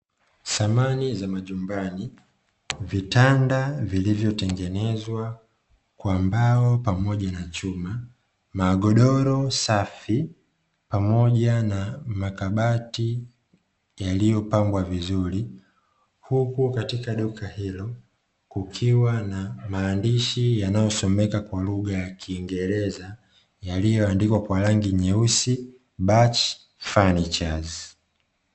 Samani za majumbani, vitanda vilivyotengenezwa kwa mbao pamoja na chuma, magodoro safi, pamoja na makabati yaliyopangwa vizuri. Huku katika duka hilo kukiwa na maandishi yanayosomeka kwa lugha ya kiingereza yaliyo andikwa kwa rangi nyeusi "BATCH FURNITURES''.